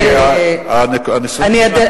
אדוני,